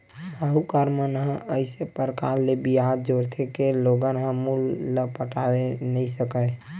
साहूकार मन ह अइसे परकार ले बियाज जोरथे के लोगन ह मूल ल पटाए नइ सकय